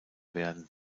werden